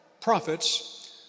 Prophets